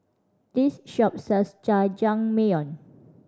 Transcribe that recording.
this shop sells Jajangmyeon